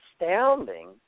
astounding